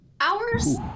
hours